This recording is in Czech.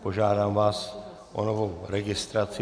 Požádám vás o novou registraci.